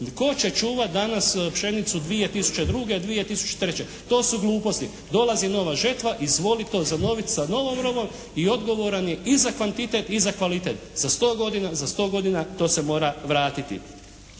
Tko će čuvati danas pšenicu 2002., 2003.? To su gluposti. Dolazi nova žetva, izvoli to iznovit sa novom robom i odgovoran je i za kvantitet i za kvalitet. Za 100 godina, za 100 godina to se mora vratiti.